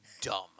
dumb